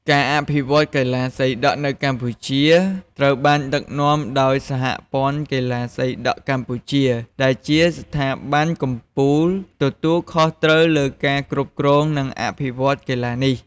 ការអភិវឌ្ឍកីឡាសីដក់នៅកម្ពុជាត្រូវបានដឹកនាំដោយ សហព័ន្ធកីឡាសីដក់កម្ពុជា ដែលជាស្ថាប័នកំពូលទទួលខុសត្រូវលើការគ្រប់គ្រង និងអភិវឌ្ឍកីឡានេះ។